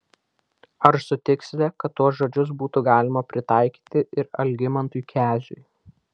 ar sutiksite kad tuos žodžius būtų galima pritaikyti ir algimantui keziui